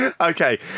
Okay